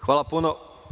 Hvala puno.